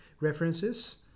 References